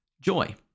joy